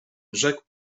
rzekł